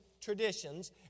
traditions